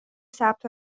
ثبت